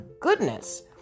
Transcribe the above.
goodness